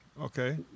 Okay